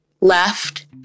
left